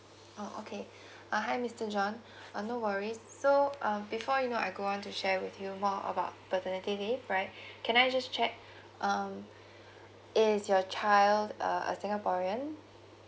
oh okay uh hi mister john uh no worries so um before you know I go on to share with you more about paternity leave right can I just check um is your child uh a singaporean